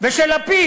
ושל לפיד?